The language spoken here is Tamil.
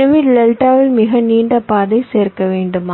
எனவே டெல்டாவில் மிக நீண்ட பாதையை சேர்க்க வேண்டுமா